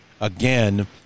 again